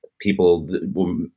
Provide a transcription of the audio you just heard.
people